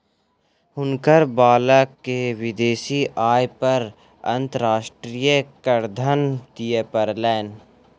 हुनकर बालक के विदेशी आय पर अंतर्राष्ट्रीय करधन दिअ पड़लैन